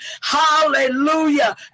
Hallelujah